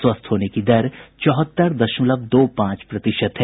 स्वस्थ होने की दर चौहत्तर दशमलव दो पांच प्रतिशत है